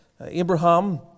Abraham